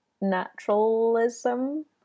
naturalism